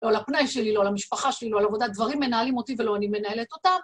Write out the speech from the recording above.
לא לפנאי שלי, לא למשפחה שלי, לא לעבודה, דברים מנהלים אותי ולא אני מנהלת אותם.